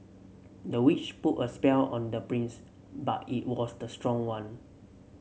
the witch put a spell on their prince but it was the strong one